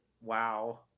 Wow